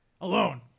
Alone